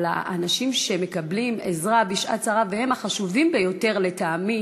אבל האנשים שמקבלים עזרה בשעת צרה שהם החשובים ביותר לטעמי